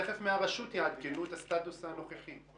תכף מהרשות יעדכנו את הסטטוס הנוכחי.